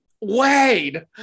Wade